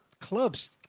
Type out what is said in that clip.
clubs